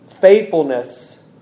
faithfulness